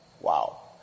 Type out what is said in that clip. Wow